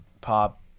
pop